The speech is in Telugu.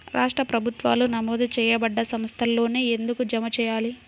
రాష్ట్ర ప్రభుత్వాలు నమోదు చేయబడ్డ సంస్థలలోనే ఎందుకు జమ చెయ్యాలి?